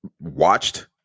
watched